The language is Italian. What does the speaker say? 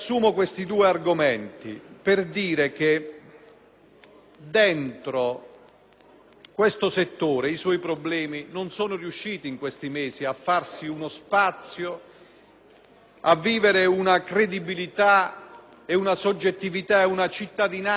i problemi interni al settore non sono riusciti in questi mesi a farsi uno spazio, a vivere una credibilità, una soggettività e una cittadinanza tra le priorità del Paese.